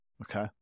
Okay